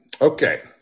Okay